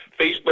Facebook